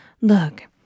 Look